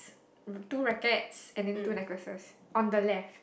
two rackets and then two necklaces on the left